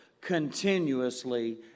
continuously